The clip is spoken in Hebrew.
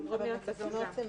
הם בתקנות.